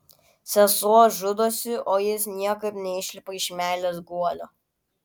sesuo žudosi o jis niekaip neišlipa iš meilės guolio